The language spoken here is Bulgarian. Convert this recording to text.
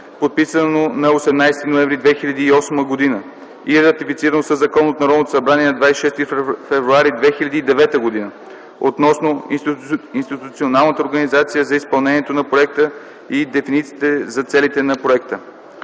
подписано на 18 ноември 2008 г. и ратифицирано със закон от Народното събрание на 26 февруари 2009 г. относно институционалната организация за изпълнението на проекта и дефинициите за целите на проекта.